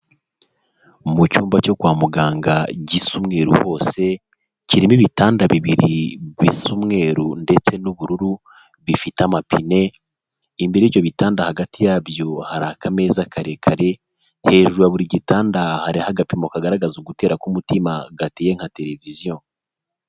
Mu cyumba cyo kwa muganga gisa umweruru hose kirimo ibitanda bibiri bisa umweru ndetse n'ubururu bifite amapine imbere y'ibyo bitanda hagati yabyo hari akameza karekare hejuru ya buri gitanda hariho agapimo kagaragaza ugutera k'umutima gateye nka televiziyo.